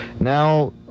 now